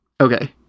Okay